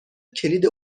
کلید